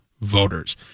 voters